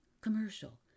commercial